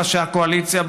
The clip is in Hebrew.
ראשי הקואליציה,